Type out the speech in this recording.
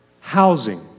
housing